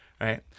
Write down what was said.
right